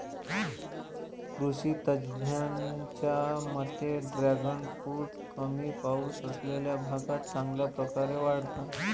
कृषी तज्ज्ञांच्या मते ड्रॅगन फ्रूट कमी पाऊस असलेल्या भागात चांगल्या प्रकारे वाढतात